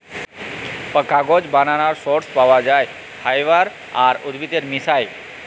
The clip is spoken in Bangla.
কাগজ বালালর সর্স পাউয়া যায় ফাইবার আর উদ্ভিদের মিশায়